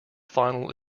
final